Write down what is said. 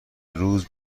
روز